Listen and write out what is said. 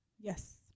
Yes